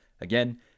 Again